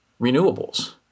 renewables